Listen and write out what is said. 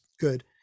good